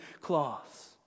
cloths